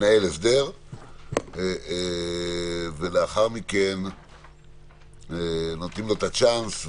הסדר ולאחר מכן נותנים לו צ'אנס,